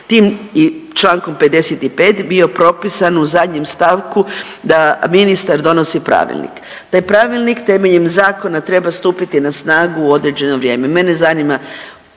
tim Člankom 55. bio propisan u zadnjem stavku da ministar donosi pravilnik. Taj pravilnik temeljem zakona treba stupiti na snagu u određeno vrijeme. Mene zanima